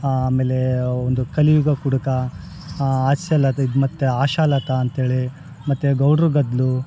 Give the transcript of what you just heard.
ಆಮೇಲೆ ಒಂದು ಕಲಿಯುಗ ಕುಡುಕ ಹಾಸ್ಯ ಲತಾ ಇದು ಮತ್ತೆ ಆಶಾಲತಾ ಅಂಥೇಳಿ ಮತ್ತೆ ಗೌಡ್ರ ಗದ್ಲು